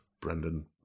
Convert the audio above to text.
Brendan